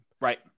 Right